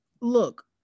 look